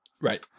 Right